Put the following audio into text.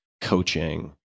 coaching